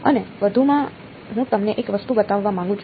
અને વધુમાં હું તમને એક વસ્તુ બતાવવા માંગુ છું